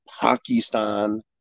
Pakistan